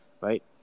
Right